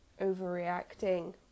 overreacting